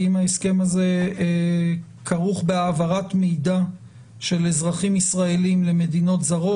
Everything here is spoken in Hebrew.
האם ההסכם הזה כרוך בהעברת מידע של אזרחים ישראלים למדינות זרות,